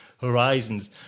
Horizons